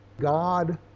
God